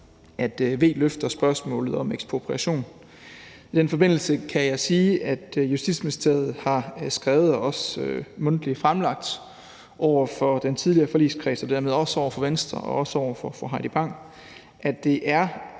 at V lufter spørgsmålet om ekspropriation. I den forbindelse kan jeg sige, at Justitsministeriet har skrevet og også mundtligt fremlagt over for den tidligere forligskreds og dermed også over for Venstre og også over for fru Heidi Bank, at det er